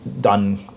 done